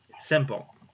simple